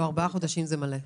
לא, ארבעה חודשים זה מלא זמן.